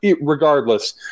regardless